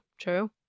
true